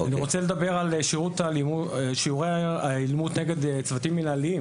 אני רוצה לדבר על שיעורי אלימות נגד צוותים מנהליים.